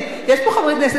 יש פה חברי כנסת,